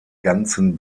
ganzen